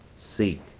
seek